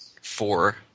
four